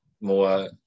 more